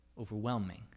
overwhelming